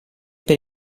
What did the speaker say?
per